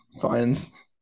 fines